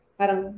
parang